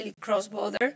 cross-border